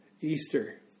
Easter